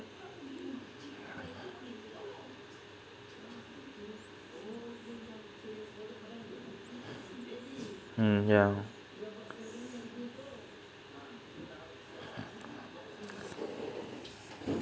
mm yeah